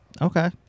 Okay